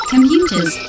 Computers